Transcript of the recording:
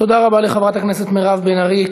תודה רבה לחברת הכנסת מירב בן ארי.